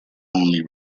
only